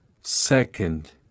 second